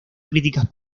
críticas